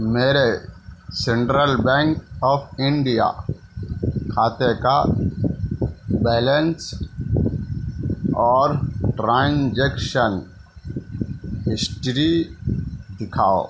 میرے central bank of India کھاتے کا بیلنس اور ٹرانزیکشن ہسٹری دکھاؤ